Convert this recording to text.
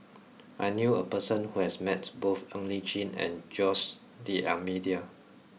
I knew a person who has met both Ng Li Chin and Jose D'almeida